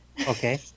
Okay